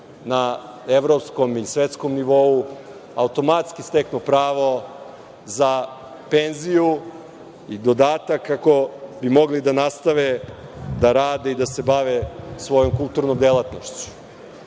na evropskom i svetskom nivou automatski steknu pravo za penziju i dodatak ako bi mogli da nastave da rade i da se bave svojom kulturnom delatnošću. Vlada